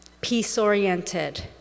peace-oriented